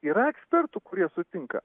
yra ekspertų kurie sutinka